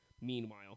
Meanwhile